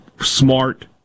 smart